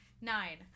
Nine